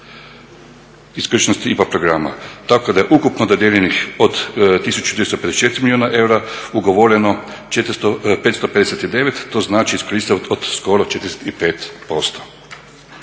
isključenosti IPA programa tako da je ukupno dodijeljenih od 1254 milijuna eura ugovoreno 559, to znači iskoristivost od skoro 45%.